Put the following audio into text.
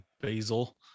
basil